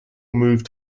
moved